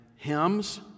Hymns